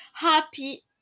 happy